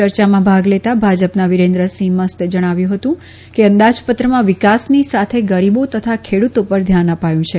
ચર્ચામાં ભાગ લેતાં ભાજપના વિરેન્દ્રસિંહ મસ્તે જણાવ્યું કે અંદાજપત્રમાં વિકાસની સાથે ગરીબો તથા ખેડૂતો પર ધ્યાન અપાયું છે